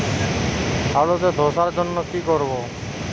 আলুতে ধসার জন্য কি করব?